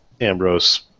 Ambrose